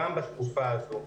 גם בתקופה הזאת.